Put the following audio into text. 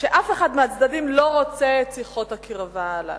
שאף אחד מהצדדים לא רוצה את שיחות הקרבה הללו.